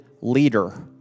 leader